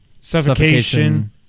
Suffocation